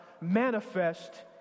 manifest